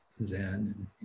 Zen